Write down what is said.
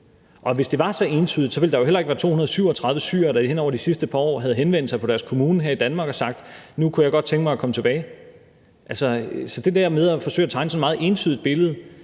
hvis det var så entydigt, ville der jo heller ikke være 237 syrere, der hen over de sidste par år har henvendt sig til deres kommune her i Danmark og sagt: Nu kunne jeg godt tænke mig at komme tilbage. Altså, det der med at forsøge at tegne sådan et meget entydigt billede